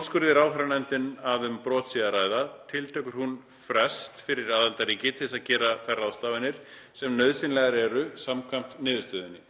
Úrskurði ráðherranefndin að um brot sé að ræða tiltekur hún frest fyrir aðildarríki til að gera þær ráðstafanir sem nauðsynlegar eru samkvæmt niðurstöðunni.